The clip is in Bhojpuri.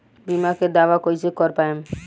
बीमा के दावा कईसे कर पाएम?